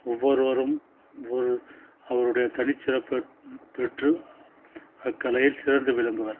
ஒவ்வொருவரும் ஒரு அவருடைய தனி சிறப்பு பெற்று அக்கலையில் சிறந்து விளங்குவார்